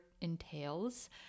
entails